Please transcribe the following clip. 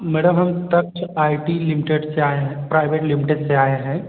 madam हम Taksh I T limited से आए है प्राइवेट लिमिटेड से आए हैं